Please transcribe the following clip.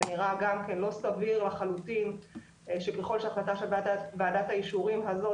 זה נראה גם כן לא סביר לחלוטין שככל שהחלטה של ועדת האישורים הזאת